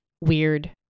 weird